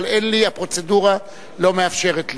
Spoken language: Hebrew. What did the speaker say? אבל הפרוצדורה לא מאפשרת לי.